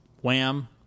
Wham